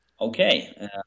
Okay